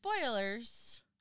spoilers